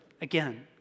again